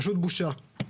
פשוט בושה.